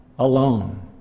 alone